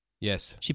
Yes